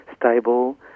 stable